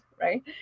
right